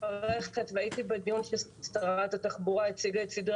הייתי בדיון ששרת התחבורה הציגה את סדרי